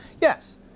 Yes